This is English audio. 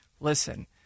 listen